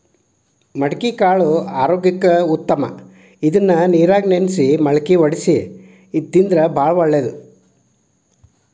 ಮಡಿಕಿಕಾಳು ಆರೋಗ್ಯಕ್ಕ ಉತ್ತಮ ಇದ್ನಾ ನೇರಾಗ ನೆನ್ಸಿ ಮಳ್ಕಿ ವಡ್ಸಿ ತಿಂದ್ರ ಒಳ್ಳೇದ